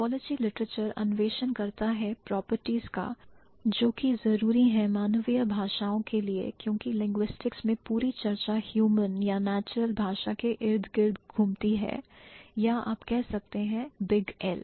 Typology literature अन्वेषण करता है प्रॉपर्टीज का जो कि जरूरी है मानवीय भाषाओं के लिए क्योंकि linguistics में पूरी चर्चा human या natural भाषा के इर्द गिर्द घूमती है या आप कह सकते हैं big L